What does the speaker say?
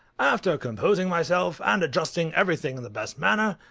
after composing myself, and adjusting everything in the best manner,